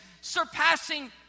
surpassing